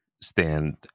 stand